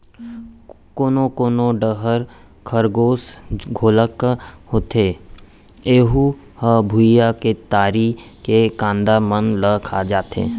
कोनो कोनो डहर खरगोस घलोक होथे ऐहूँ ह भुइंया के तरी के कांदा मन ल खा जाथे